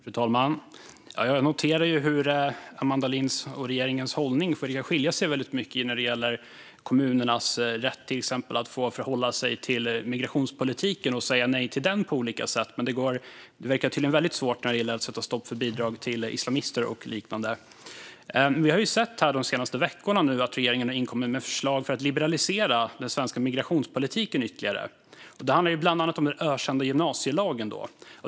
Fru talman! Jag noterar hur Amanda Linds och regeringens hållning börjar skilja sig åt väldigt mycket när det till exempel gäller kommunernas rätt att förhålla sig till migrationspolitiken och säga nej till den på olika sätt. Men det verkar väldigt svårt att sätta stopp för bidrag till islamister och liknande. Regeringen har de senaste veckorna kommit med förslag för att liberalisera den svenska migrationspolitiken ytterligare. Det handlar bland annat om den ökända gymnasielagen.